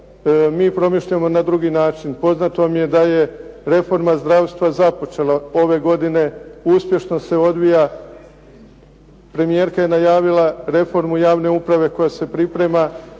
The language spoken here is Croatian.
Mi promišljamo na drugi način. Poznato vam je da je reforma zdravstva započela ove godine. Uspješno se odvija. Premijerka je najavila reformu javne uprave koja se priprema